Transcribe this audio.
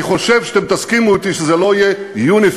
אני חושב שאתם תסכימו אתי שזה לא יהיה יוניפי"ל,